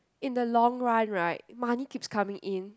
in the long run right money keeps coming in